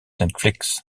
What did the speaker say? netflix